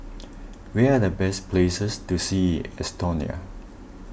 where're the best places to see in Estonia